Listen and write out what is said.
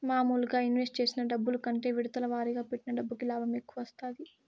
మాములుగా ఇన్వెస్ట్ చేసిన డబ్బు కంటే విడతల వారీగా పెట్టిన డబ్బుకి లాభం ఎక్కువ వత్తాది